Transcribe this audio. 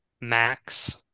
Max